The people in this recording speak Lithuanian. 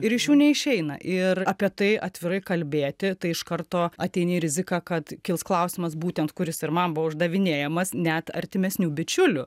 ir iš jų neišeina ir apie tai atvirai kalbėti tai iš karto ateini rizika kad kils klausimas būtent kuris ir man buvo uždavinėjamas net artimesnių bičiulių